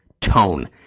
tone